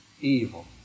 evil